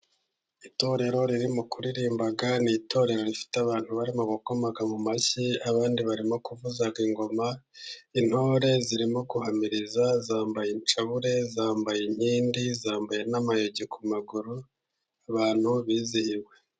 Itorero riri mu kuririmba ni itorero rifite abantu barimo gukoma mu mashyi, abandi barimo kuvuza ingoma, intore zirimo guhamiriza zambaye inshabure, zambaye inkindi, zambaye n'amayogi ku maguru abantu bizihiwe.